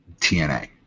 TNA